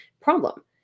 problem